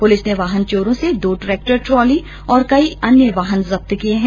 police ने वाहन चोरों से दो ट्रेक्टर ट्रॉली और कई अन्य वाहन जब्त किये है